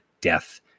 death